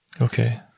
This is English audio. Okay